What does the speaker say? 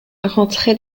rentré